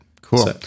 Cool